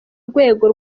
rwego